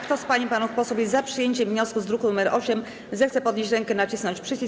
Kto z pań i panów posłów jest za przyjęciem wniosku z druku nr 8, zechce podnieść rękę i nacisnąć przycisk.